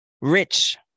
Rich